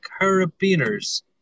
Carabiners